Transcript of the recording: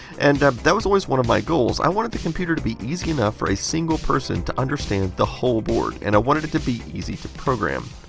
and that was always one of my goals. i wanted the computer to be easy enough for a single person to understand the whole board, and i wanted it to be easy to program.